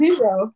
zero